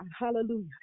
hallelujah